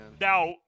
Now